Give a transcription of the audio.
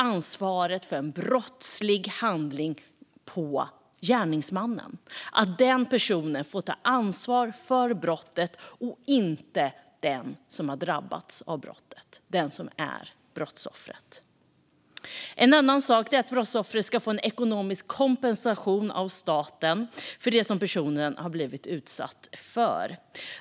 Ansvaret för en brottslig handling ska placeras på gärningsmannen så att den personen får ta ansvar för brottet - inte den som har drabbats av brottet och är brottsoffer. En annan sak är att brottsoffret ska få ekonomisk kompensation av staten för det som personen har blivit utsatt för.